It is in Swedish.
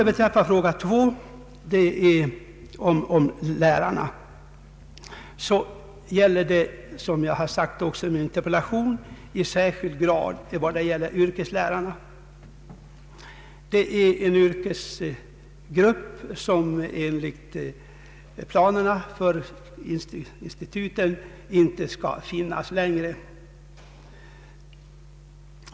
Vad beträffar fråga nr 2, den om lärarna, så gäller denna — vilket jag också framhållit i min interpellation — i särskilt hög grad yrkeslärarna. De är en yrkesgrupp som enligt planerna för instituten inte skall finnas längre.